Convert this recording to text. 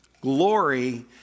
Glory